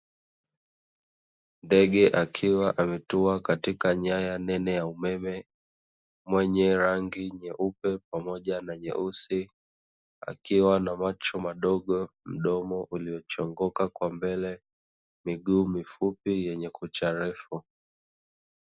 Ndege akiwa ametua katika nyaya nene ya umeme, mwenye rangi nyeupe pamoja na nyeusi, akiwa na macho madogo, mdomo uliochongoka kwa mbele, miguu mifupi yenye kucha ndefu.